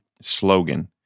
slogan